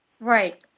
Right